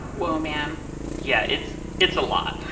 whoa, man yeah. it's it's a lot